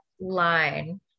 line